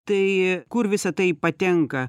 tai kur visa tai patenka